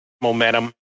momentum